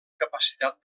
capacitat